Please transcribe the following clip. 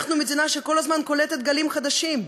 אנחנו מדינה שכל הזמן קולטת גלים חדשים.